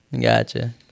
Gotcha